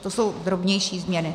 To jsou drobnější změny.